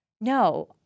no